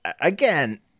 again